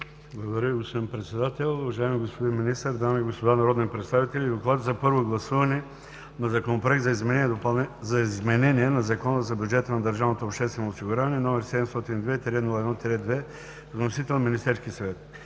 Благодаря Ви, господин председател. Уважаеми господин министър, дами и господа народни представители! „ДОКЛАД за първо гласуване на Законопроект за изменение на Закона за бюджета на държавното обществено осигуряване, № 702-01-2, внесен от Министерския съвет